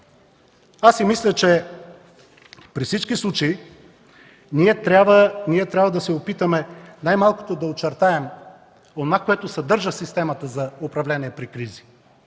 Мисля си, че при всички случаи ние трябва да се опитаме най-малкото да очертаем онова, което съдържа системата за управление при кризи.